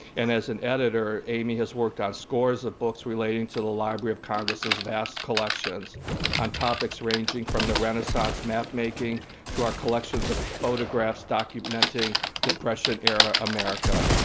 and as an editor, aimee has worked on scores of books relating to the library of congress' vast collections on topics ranging from the renaissance mapmaking to our collections of photographs documenting depression-era america.